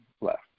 left